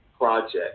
Project